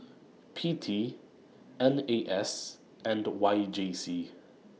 P T N A S and Y J C